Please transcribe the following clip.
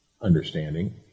understanding